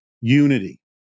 Unity